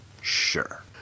Sure